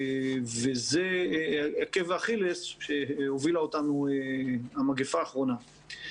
זה עקב האכילס שהובילה אותנו המגפה האחרונה.